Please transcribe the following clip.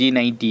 G90